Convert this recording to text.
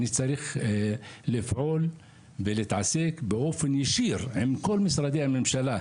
אני צריך לפעול ולהתעסק באופן ישיר עם כל משרדי הממשלה,